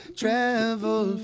travel